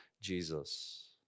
Jesus